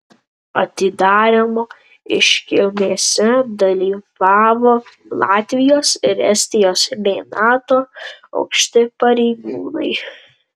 atidarymo iškilmėse dalyvavo latvijos ir estijos bei nato aukšti pareigūnai